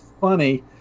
funny